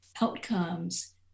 outcomes